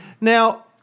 Now